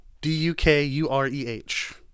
D-U-K-U-R-E-H